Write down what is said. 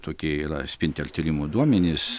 tokie yra spinter tyrimų duomenys